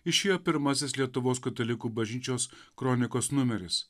išėjo pirmasis lietuvos katalikų bažnyčios kronikos numeris